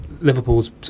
Liverpool's